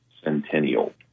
Centennial